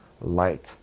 light